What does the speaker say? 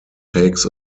takes